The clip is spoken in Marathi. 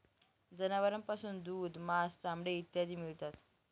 जनावरांपासून दूध, मांस, चामडे इत्यादी मिळतात